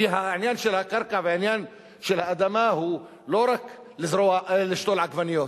כי העניין של הקרקע והעניין של האדמה הוא לא רק לשתול עגבניות,